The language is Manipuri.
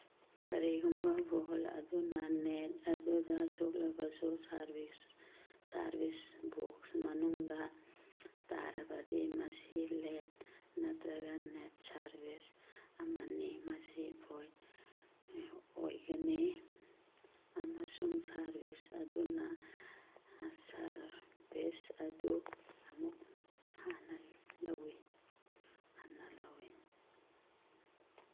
ꯀꯔꯤꯒꯨꯝꯕ ꯕꯣꯜ ꯑꯗꯨꯅ ꯅꯦꯠ ꯑꯗꯨꯗ ꯁꯣꯛꯂꯕꯁꯨ ꯁꯥꯔꯚꯤꯁ ꯁꯥꯔꯚꯤꯁ ꯕꯣꯛꯁ ꯃꯅꯨꯡꯗ ꯇꯥꯔꯕꯗꯤ ꯃꯁꯤ ꯂꯦꯠ ꯅꯠꯇ꯭ꯔꯒ ꯅꯦꯠ ꯁꯥꯔꯚꯤꯁ ꯑꯃꯅꯤ ꯃꯁꯤ ꯚꯣꯏꯠ ꯑꯣꯏꯒꯅꯤ ꯑꯃꯁꯨꯡ ꯁꯥꯔꯚꯤꯁ ꯑꯗꯨꯅ ꯁꯥꯔꯚꯤꯁ ꯑꯗꯨ ꯑꯃꯨꯛ ꯍꯥꯟꯅ ꯂꯧꯋꯤ ꯍꯟꯅ ꯂꯧꯋꯤ